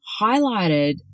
highlighted